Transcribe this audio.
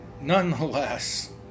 Nonetheless